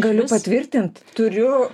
galiu patvirtint turiu